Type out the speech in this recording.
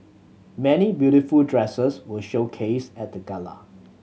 many beautiful dresses were showcased at the gala